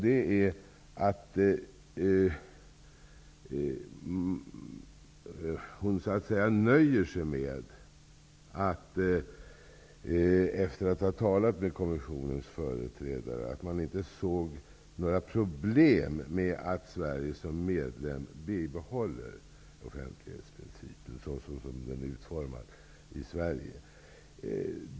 Det är att hon efter att ha talat med kommissionens företrädare ''nöjer sig med'' att man inte såg några problem med att Sverige som medlem bibehåller offentlighetsprincipen såsom den är utformad i Sverige.